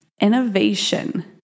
innovation